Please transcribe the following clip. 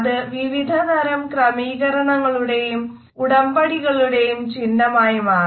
അത് വിവിധതരം ക്രമീകരണങ്ങളുടെയും ഉടമ്പടികളുടെയും ചിഹ്നമായി മാറി